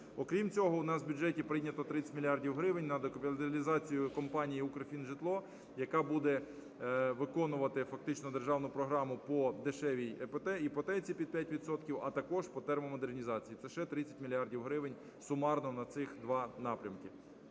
Окрім цього, в нас в бюджеті прийнято 30 мільярдів гривень на докапіталізацію компанії "Укрфінжитло", яка буде виконувати фактично державну програму по дешевій іпотеці під 5 відсотків, а також по термомодернізації, це ще 30 мільярдів гривень сумарно на цих два напрямки.